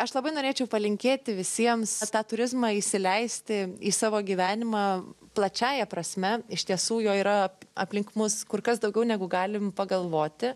aš labai norėčiau palinkėti visiems tą turizmą įsileisti į savo gyvenimą plačiąja prasme iš tiesų jo yra aplink mus kur kas daugiau negu galim pagalvoti